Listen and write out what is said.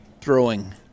throwing